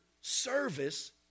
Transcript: service